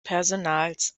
personals